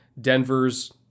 Denver's